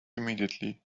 immediately